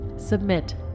Submit